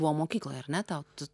buvo mokykloje ar ne tau tu